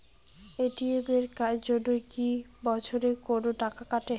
ATM এর জন্যে কি বছরে কোনো টাকা কাটে?